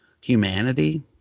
humanity